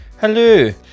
Hello